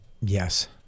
Yes